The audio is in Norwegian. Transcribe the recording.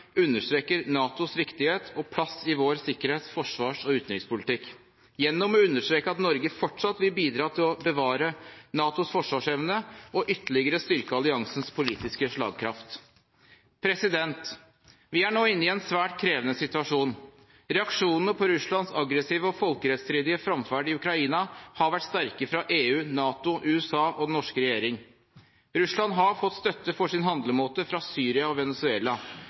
understreker NATOs viktighet og plass i vår sikkerhets-, forsvars- og utenrikspolitikk gjennom å understreke at Norge fortsatt vil «bidra til å bevare NATOs forsvarsevne og ytterligere styrke alliansens politiske slagkraft». Vi er nå inne i en svært krevende situasjon. Reaksjonene på Russlands aggressive og folkerettsstridige fremferd i Ukraina har vært sterke fra EU, NATO, USA og den norske regjering. Russland har fått støtte for sin handlemåte fra Syria og